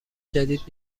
جدید